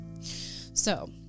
So-